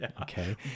okay